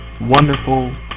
wonderful